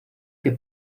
que